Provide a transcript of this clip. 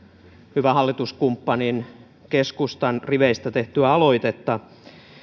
hyvän hallituskumppanin keskustan riveistä tehtyä aloitetta